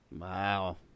Wow